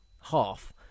half